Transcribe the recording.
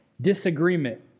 Disagreement